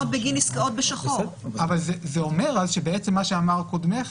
בנק, היינו רואים איזשהו מתאם,